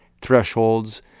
thresholds